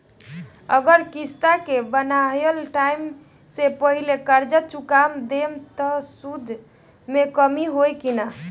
अगर किश्त के बनहाएल टाइम से पहिले कर्जा चुका दहम त सूद मे कमी होई की ना?